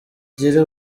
gira